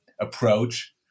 approach